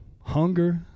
hunger